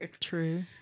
True